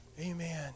Amen